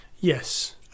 Yes